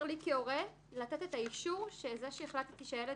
כהורה לתת את האישור על זה שהחלטתי שהילד